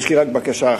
יש לי רק בקשה אחת,